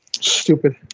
Stupid